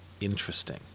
interesting